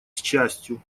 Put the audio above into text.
счастью